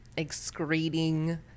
excreting